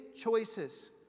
choices